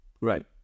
Right